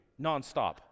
nonstop